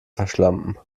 verschlampen